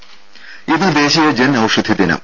രെട ഇന്ന് ദേശീയ ജൻ ഔഷധി ദിനം